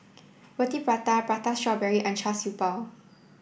Roti Prata Prata Strawberry and Shar Siew Bao